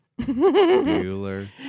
Bueller